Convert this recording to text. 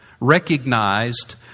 recognized